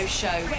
show